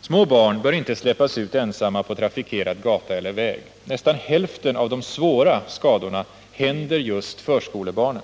”Små barn bör inte släppas ut ensamma på trafikerad gata eller väg. Nästan hälften av de svåra skadorna händer just förskolebarnen.